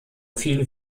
viel